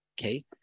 Okay